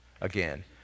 Again